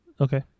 Okay